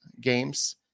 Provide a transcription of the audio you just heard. games